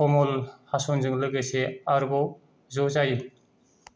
कमल हासानजों लोगोसे आरोबाव ज' जायो